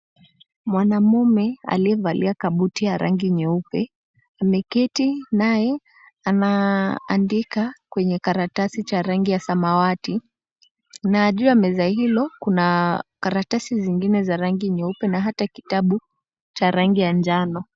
Mwanaume aliyevalia kabuti ya rangi nyeupe, ameketi naye anaandika kwenye karatasi cha rangi ya samawati na juu ya meza hilo kuna karatasi zingine za rangi nyeupe na hata kitabu cha rangi ya njano.